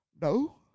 No